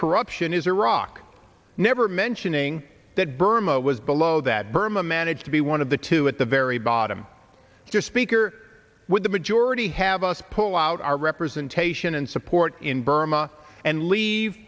corruption is iraq never mentioning that burma was below that burma managed to be one of the two at the very bottom your speaker with the majority have us pull out our representation and support in burma and leave